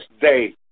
day